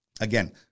Again